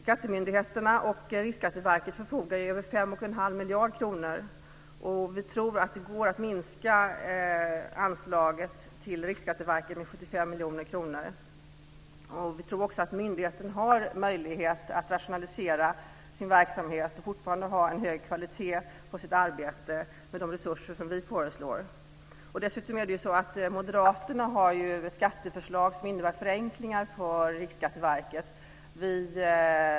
Skattemyndigheterna och Riksskatteverket förfogar över 5 1⁄2 miljarder kronor. Dessutom har moderaterna lagt fram skatteförslag som innebär förenklingar för Riksskatteverket.